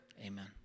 Amen